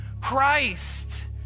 Christ